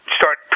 start